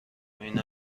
اینا